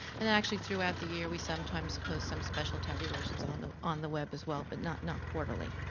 and actually throughout the year we sometimes post some special tabulations on the on the web as well, but not not quarterly.